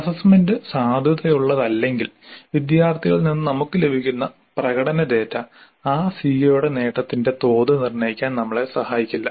assessment സാധുതയുള്ളതല്ലെങ്കിൽ വിദ്യാർത്ഥികളിൽ നിന്ന് നമുക്ക് ലഭിക്കുന്ന പ്രകടന ഡാറ്റ ആ സിഒയുടെ നേട്ടത്തിന്റെ തോത് നിർണ്ണയിക്കാൻ നമ്മളെ സഹായിക്കില്ല